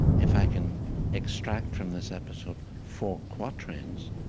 if i can extract from this episode four quatrains,